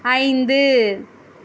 ஐந்து